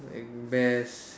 at best